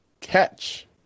catch